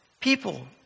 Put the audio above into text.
People